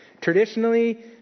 Traditionally